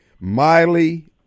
Miley